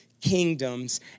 kingdoms